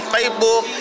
Facebook